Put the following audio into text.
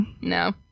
No